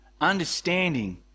understanding